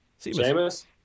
Seamus